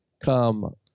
come